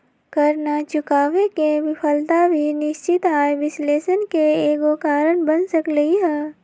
कर न चुकावे के विफलता भी निश्चित आय विश्लेषण के एगो कारण बन सकलई ह